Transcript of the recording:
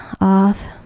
off